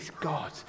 God